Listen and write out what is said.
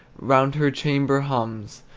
round her chamber hums,